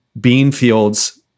Beanfield's